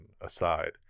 aside